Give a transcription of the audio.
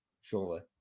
surely